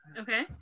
Okay